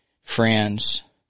friends